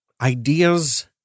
Ideas